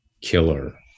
killer